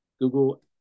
Google